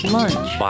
Lunch